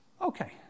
Okay